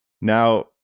Now